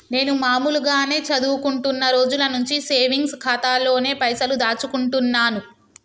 నేను మామూలుగానే చదువుకుంటున్న రోజుల నుంచి సేవింగ్స్ ఖాతాలోనే పైసలు దాచుకుంటున్నాను